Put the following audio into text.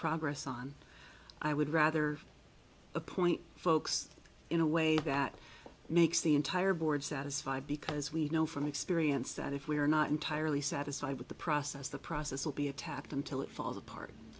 progress on i would rather appoint folks in a way that makes the entire board satisfied because we know from experience that if we are not entirely satisfied with the process the process will be attacked until it falls apart